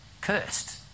cursed